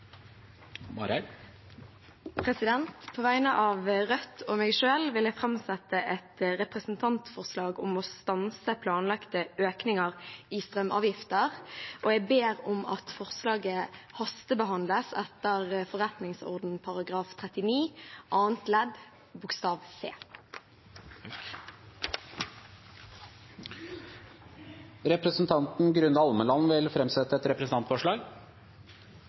representantforslag. På vegne av Rødt og meg selv vil jeg framsette et representantforslag om å stanse planlagte økninger i strømavgiftene, og jeg ber om at forslaget hastebehandles etter forretningsordenens § 39 annet ledd c. Representanten Grunde Almeland vil framsette et representantforslag.